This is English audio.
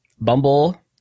Bumble